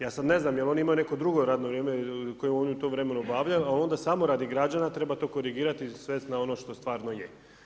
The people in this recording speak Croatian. Ja sad ne znam je li oni imaju neko drugo radno vrijeme koje oni u tom vremenu obavljaju a onda samo radi građana treba to korigirati i svesti na ono što stvarno je.